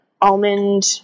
almond